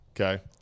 Okay